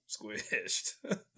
squished